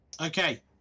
Okay